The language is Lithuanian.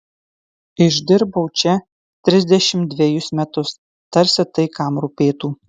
išdirbau čia trisdešimt dvejus metus tarsi tai kam rūpėtų